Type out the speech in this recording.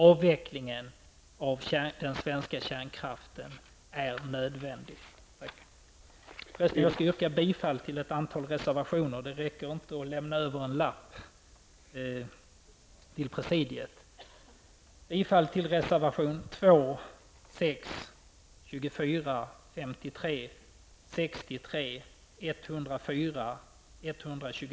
Avvecklingen av den svenska kärnkraften är nödvändig.